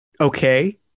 okay